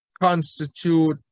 constitute